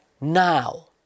now